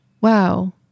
wow